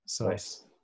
Nice